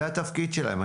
זה התפקיד שלהם.